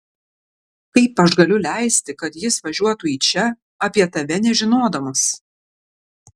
kaip aš galiu leisti kad jis važiuotų į čia apie tave nežinodamas